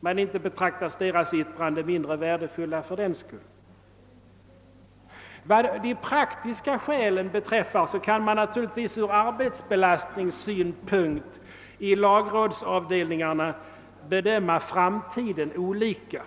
Men inte betraktas deras yttranden som mindre värdefulla fördenskull. Vad de praktiska skälen beträffar kan man naturligtvis från arbetsbelastningssynpunkt i lagrådsavdelningarna bedöma framtiden olika.